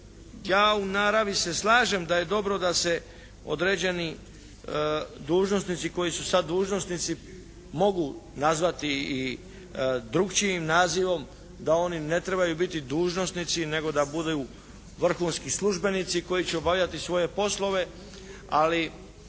ja u naravni se slažem da je dobro da se određeni dužnosnici koji su sad dužnosnici mogu nazvati i drugačijim nazivom, da oni ne trebaju biti dužnosnici nego da budu vrhunski službenici koji će obavljati svoje poslove. Ali